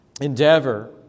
endeavor